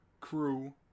crew